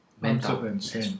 Mental